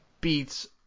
beats